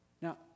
Now